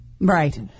Right